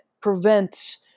prevent